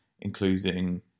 including